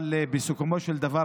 אבל בסיכומו של דבר,